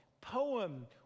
poem